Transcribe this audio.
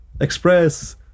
Express